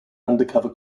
undercover